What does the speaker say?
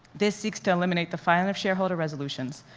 this seeks to eliminate the filing of shareholder resolutions,